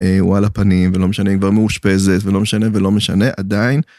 הוא על הפנים ולא משנה אם היא כבר מאושפזת ולא משנה ולא משנה עדיין.